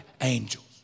angels